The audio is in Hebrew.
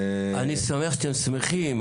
אני שמח שאתם שמחים,